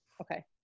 Okay